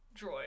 droid